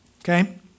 okay